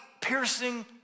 piercing